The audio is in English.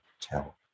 tell